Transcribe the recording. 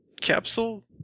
capsule